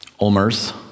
Ulmer's